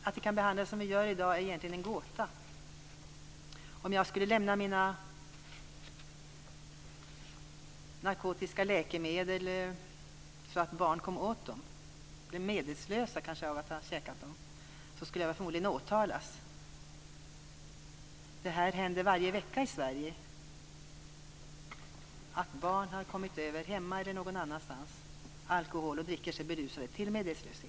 Att den behandlas som den gör i dag är egentligen en gåta. Om jag skulle lämna narkotiska läkemedel så att barn kan komma åt dem, så att de kan bli medvetslösa av att ha käkat dem, skulle jag förmodligen åtalas. Det händer varje vecka i Sverige att barn, hemma eller någon annanstans, har kommit över alkohol och druckit sig berusade till medvetslöshet.